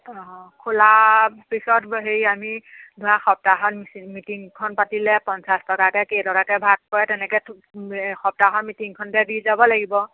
অ খোলা পিছত ব হেৰি আমি ধৰা সপ্তাহত মিচিং মিটিঙখন পাতিলে পঞ্চাছ টকাকৈ কেই টকাকৈ ভাগ পৰে তেনেকৈ সপ্তাহৰ মিটিঙখনতে দি যাব লাগিব